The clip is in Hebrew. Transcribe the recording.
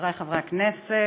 חברי חברי הכנסת,